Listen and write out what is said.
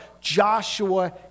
Joshua